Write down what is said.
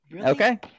Okay